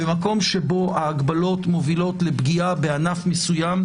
במקום שבו ההגבלות מובילות לפגיעה בענף מסוים,